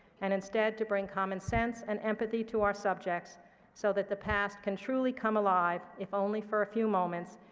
and instead to bring common sense and empathy to our subjects so that the past can truly come alive, if only for a few moments,